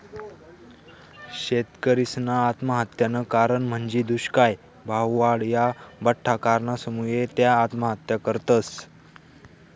शेतकरीसना आत्महत्यानं कारण म्हंजी दुष्काय, भाववाढ, या बठ्ठा कारणसमुये त्या आत्महत्या करतस